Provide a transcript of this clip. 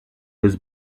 was